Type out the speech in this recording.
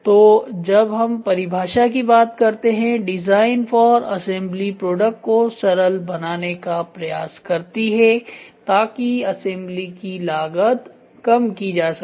तो जब हम परिभाषा की बात करते हैं डिजाइन फॉर असेंबली प्रोडक्ट को सरल बनाने का प्रयास करती है ताकि असेंबली की लागत कम की जा सके